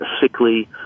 sickly